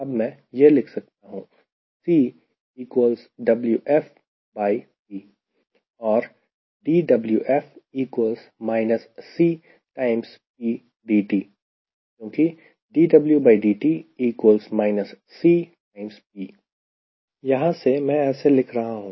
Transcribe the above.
अब मैं यह लिख सकता हूं और क्योंकि यहां से मैं ऐसे लिख रहा हूं